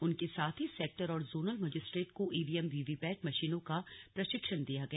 उनके साथ ही सेक्टर और जोनल मजिस्ट्रेट को ईवीएम वीवीपैट मशीनों का प्रशिक्षण दिया गया